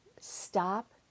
stop